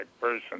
person